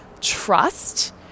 trust